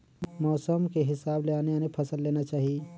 मउसम के हिसाब ले आने आने फसल लेना चाही